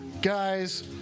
guys